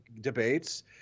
debates